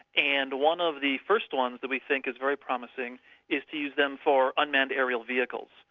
and one of the first ones that we think is very promising is to use them for unmanned aerial vehicles.